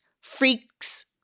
freaks